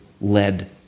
led